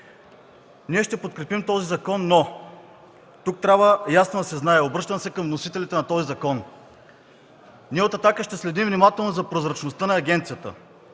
Ние ще подкрепим този закон, но тук трябва ясно да се знае – обръщам се към вносителите му: ние от „Атака” ще следим внимателно за прозрачността на агенцията.